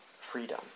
freedom